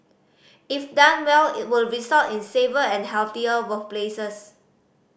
if done well it would result in safer and healthier workplaces